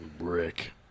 brick